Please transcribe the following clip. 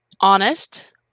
honest